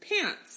pants